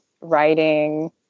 writing